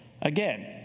again